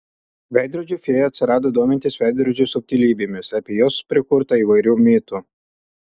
veidrodžių fėja atsirado domintis veidrodžių subtilybėmis apie juos prikurta įvairių mitų